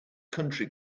country